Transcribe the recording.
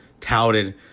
touted